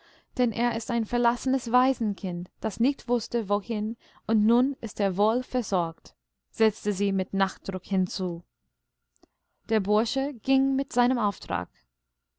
denn er ist ein verlassenes waisenkind das nicht wußte wohin und nun ist er wohl versorgt setzte sie mit nachdruck hinzu der bursche ging mit seinem auftrag